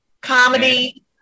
Comedy